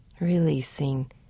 Releasing